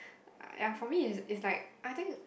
uh ya for me it's it's like I think